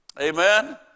Amen